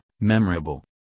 memorable